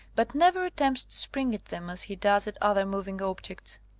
but never attempts to spring at them as he does at other moving objects.